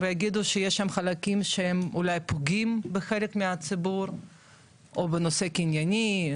יגידו שיש שם חלקים שהם אולי פוגעים בחלק מהציבור או בנושא קנייני,